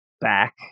back